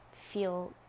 feel